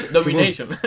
Domination